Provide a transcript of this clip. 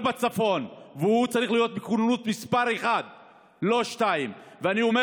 והוא צריך להיות בכוננות מס' 1 ולא 2. אני אומר